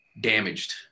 damaged